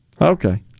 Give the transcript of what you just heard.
Okay